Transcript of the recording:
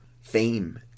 fame